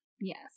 Yes